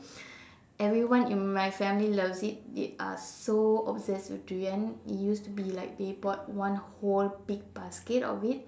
everyone in my family loves it they are so obsessed with durian it used to be like they bought one whole big basket of it